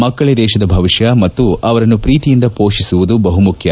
ಮಕ್ಕಳಿ ದೇಶದ ಭವಿಷ್ಲ ಮತ್ತು ಅವರನ್ನು ಪ್ರೀತಿಯಿಂದ ಪೋಷಿಸುವುದು ಬಹುಮುಖ್ಯ